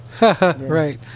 Right